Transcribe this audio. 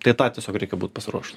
tai tą tiesiog reikia būt pasiruošus